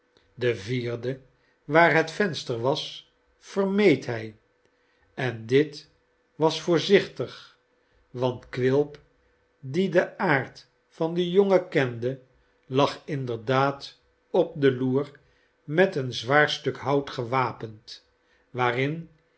de vierde waar het venster was vermeed hij en dit was voorzichtig want quilp die den aard van den jongen kende lag inderdaad op de loer met een zwaar stuk hout gewapend waarin